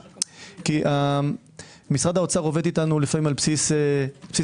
כי משרד האוצר עובד אתנו לפעמים על בסיס מזומן.